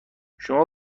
شما